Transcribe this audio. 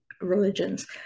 religions